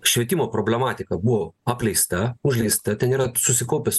švietimo problematika buvo apleista užleista ten yra susikaupęs